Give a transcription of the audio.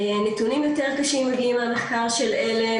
נתונים יותר קשים מגיעים מהמחקר של עלם